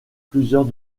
plusieurs